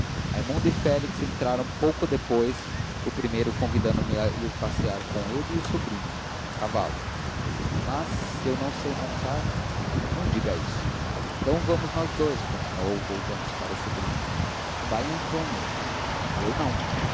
raimundo e félix entraram pouco depois o primeiro convidando me a ir passear com ele e o sobrinho a cavalo mas se eu não sei montar não diga isso então vamos nós dous continuou voltando-se para o sobrinho vai nhãtônia eu não